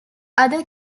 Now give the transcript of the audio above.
other